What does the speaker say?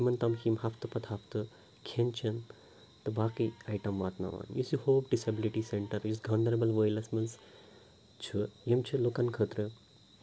تِمن تام یِم ہَفتہٕ پَتہٕ ہَفتہٕ کھٮ۪ن چٮ۪ن تہٕ باقی آیٹَم واتناوان یُس یہِ ہوپ ڈِس ایبلٹی سٮ۪نٹَر یُس گانٛدَربل وٲیِلَس منٛز چھُ یِم چھِ لُکَن خٲطرٕ